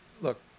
look